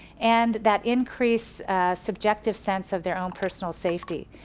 and that increased subjective sense of their own personal safety.